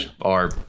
are-